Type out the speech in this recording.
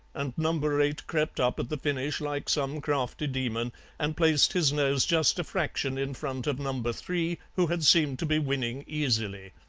and number eight crept up at the finish like some crafty demon and placed his nose just a fraction in front of number three, who had seemed to be winning easily.